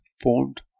formed